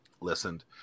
listened